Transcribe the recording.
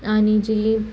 आणि जी